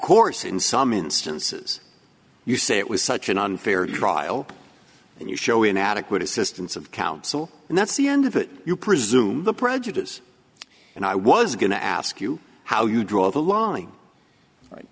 course in some instances you say it was such an unfair trial and you show inadequate assistance of counsel and that's the end of it you presume the prejudice and i was going to ask you how you draw the line